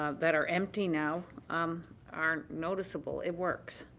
ah that are empty now um are noticeable. it works.